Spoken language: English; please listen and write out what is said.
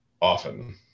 often